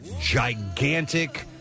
gigantic